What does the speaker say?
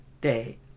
day